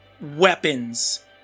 Weapons